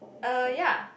uh ya